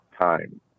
time